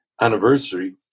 anniversary